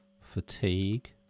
fatigue